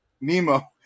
Nemo